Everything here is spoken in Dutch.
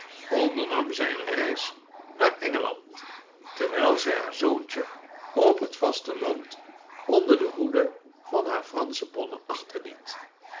ondernam zij een reis naar engeland terwijl zij haar zoontje op het vaste land onder de hoede van haar fransche bonne achterliet